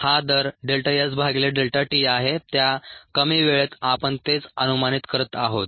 हा दर delta S भागिले डेल्टा t आहे त्या कमी वेळेत आपण तेच अनुमानित करत आहोत